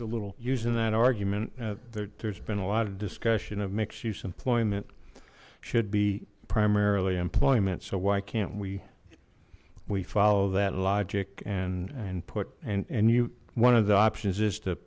a little using that argument there's been a lot of discussion of mixed use employment should be primarily employment so why can't we we follow that logic and and put and and you one of the options is to